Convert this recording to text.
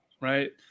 right